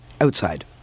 outside